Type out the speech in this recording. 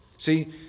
See